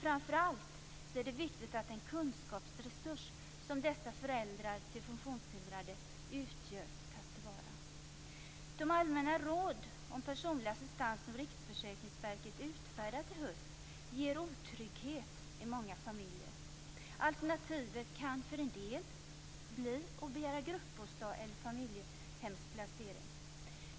Framför allt är det viktigt att den kunskapsresurs som föräldrar till funktionshindrade utgör tas till vara. De allmänna råd om personlig assistans som Riksförsäkringsverket utfärdat i höst ger otrygghet i många familjer. Alternativet kan för en del bli att begära gruppbostad eller familjehemsplacering.